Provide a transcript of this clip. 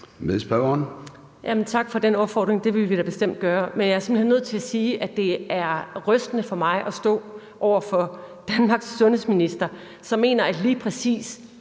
Tak for den opfordring. Det vil vi da bestemt gøre. Men jeg er simpelt hen nødt til at sige, at det er rystende for mig at stå over for Danmarks sundhedsminister, som mener, at lige præcis